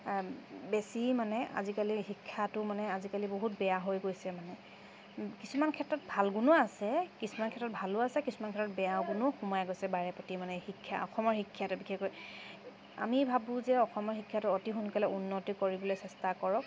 বেছি মানে আজিকালি শিক্ষাটো মানে আজিকালি বহুত বেয়া হৈ গৈছে মানে কিছুমান ক্ষেত্ৰত ভাল গুণো আছে কিছুমান ক্ষেত্ৰত ভালো আছে কিছুমান ক্ষেত্ৰত বেয়া গুণো সোমাই গৈছে বাৰেপতি মানৰ শিক্ষা অসমৰ শিক্ষাটোত বিশেষকৈ আমি ভাবোঁ যে অসমৰ শিক্ষাটো অতি সোনকালে উন্নতি কৰিবলৈ চেষ্টা কৰক